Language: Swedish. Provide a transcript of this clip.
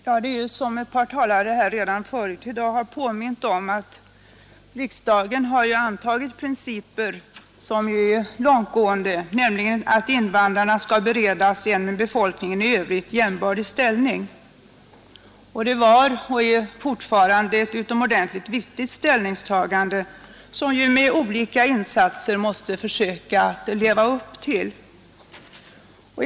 Herr talman! Som ett par talare redan förut i dag har påmint om, har riksdagen antagit principer som är långtgående, nämligen att invandrarna skall beredas en med befolkningen i övrigt jämbördig ställning. Det var och är fortfarande ett utomordentligt viktigt ställningstagande, som vi med olika insatser måste försöka att leva upp till.